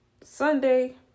Sunday